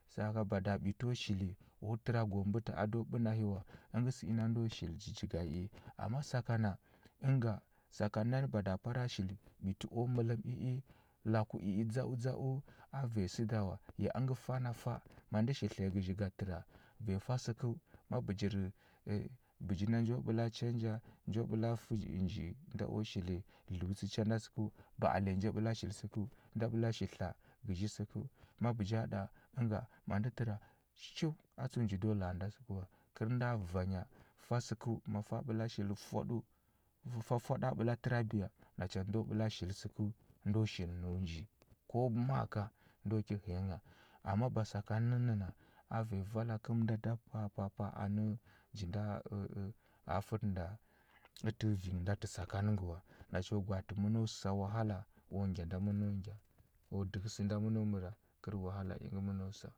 Tsaga bada ɓiti o shili u təra gu mbəta a do ɓə nahi wa, əngə sə inda ndo shili jijiga i i. Amma sakana, ənga sakan nani bada para shili ɓiti u mələm i i, laku i i dzau dzau u, a vanyi sə da wa. Ya əngə fa na fa, ma ndə shi tliya gəzhi ga təra, vanyi fa səkəu, ma bəjir ə bəji na njo ɓəla chanja, nju ɓəla fə dzə nji nji nda u shili dləutsə cha nda səkəu, ba alenya nji ɓəla shil səkəu nda ɓəla shil tla gəzhi səkəu. Ma bəja ɗa ənga, ma ndə təra shu atsəu nju do la a nda səkə wa. Kər nda vanya fa səkəu, ma fa ɓəla shili fwaɗəu, fa fwaɗa ɓəla təra biya, nacha ngə ndo ɓəla shili səkəu ndo shili nəu nji. Ko ma ka, ndo ki həya ngha. Amma ba sakan nəna, a vanya vala kənda da pa a pa a pa a anə nji nda fətə nda atə vi gə nda tə sakang ngə wa. Nacho gwaatə məno sa wahala, u ngya nda məno ngya, u dəhə sənda məno məra, kər wahala ingə məno sa.